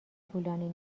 طولانی